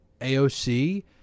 AOC